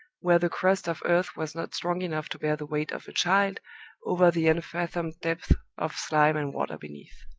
where the crust of earth was not strong enough to bear the weight of a child over the unfathomed depths of slime and water beneath.